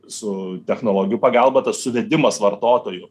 su technologijų pagalba tas suvedimas vartotojų